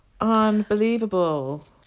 Unbelievable